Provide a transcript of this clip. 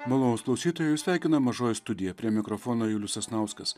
malonūs klausytojai jus sveikina mažoji studija prie mikrofono julius sasnauskas